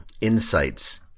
insights